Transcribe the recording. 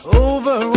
over